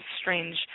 strange